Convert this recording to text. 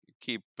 keep